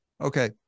Okay